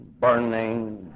burning